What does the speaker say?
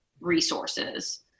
resources